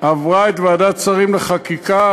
עברה את ועדת שרים לחקיקה,